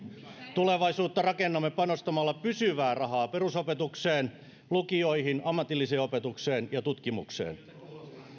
tulevaisuutta rakennamme panostamalla pysyvää rahaa perusopetukseen lukioihin ammatilliseen opetukseen ja tutkimukseen